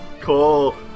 cool